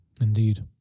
indeed